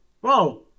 Whoa